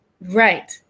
Right